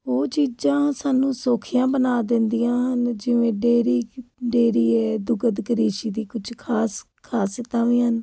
ਉਹ ਚੀਜ਼ਾਂ ਸਾਨੂੰ ਸੌਖੀਆਂ ਬਣਾ ਦਿੰਦੀਆਂ ਹਨ ਜਿਵੇਂ ਡੇਰੀ ਡੇਰੀ ਏ ਦੁਗਦ ਕ੍ਰਿਸ਼ੀ ਦੀ ਕੁਝ ਖਾਸ ਖਾਸਤਾ ਵੀ ਹਨ